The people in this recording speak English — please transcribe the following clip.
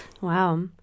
Wow